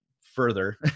further